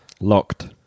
Locked